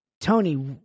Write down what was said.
Tony –